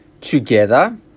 together